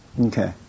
Okay